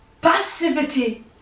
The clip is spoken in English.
passivity